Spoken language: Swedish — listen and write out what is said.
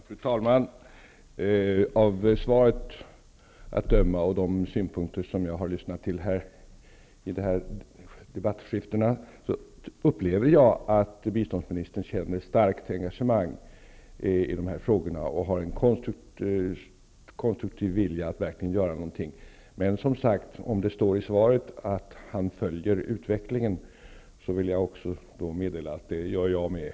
Fru talman! Av svaret att döma och de synpunkter som jag har lyssnat till här i dessa debattskiften, upplever jag att biståndsministern känner starkt engagemang i dessa frågor och har en konstruktiv vilja att göra något. Precis som det står i svaret att statsrådet följer utvecklingen, vill jag meddela att jag gör det också.